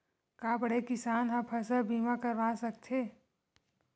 का बड़े किसान ह फसल बीमा करवा सकथे?